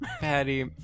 Patty